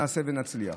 נעשה ונצליח.